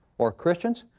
or christians,